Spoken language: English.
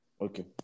Okay